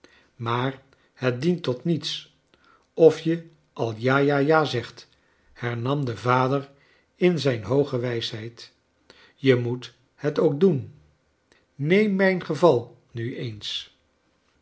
maar het dient tot niets of je al ja ja ja zegt hernam de vader in zijn hooge wijsheid je moet het ook doen neem mijn geval nu eens